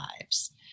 lives